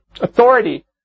authority